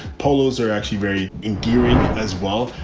polos are actually very endearing as well.